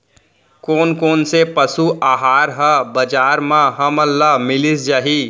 कोन कोन से पसु आहार ह बजार म हमन ल मिलिस जाही?